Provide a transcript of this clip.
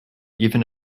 even